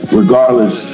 regardless